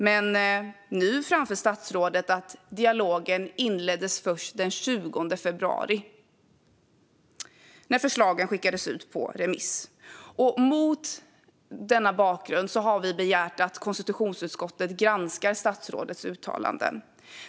Men nu framför statsrådet att dialogen inleddes först den 20 februari, när förslagen skickades ut på remiss. Mot denna bakgrund har vi begärt att konstitutionsutskottet granskar statsrådets uttalanden.